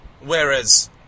whereas